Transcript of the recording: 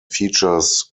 features